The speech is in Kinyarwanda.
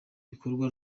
bikorwa